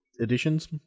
editions